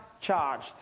charged